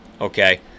okay